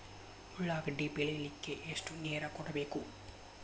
ಉಳ್ಳಾಗಡ್ಡಿ ಬೆಳಿಲಿಕ್ಕೆ ಎಷ್ಟು ನೇರ ಕೊಡಬೇಕು?